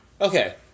okay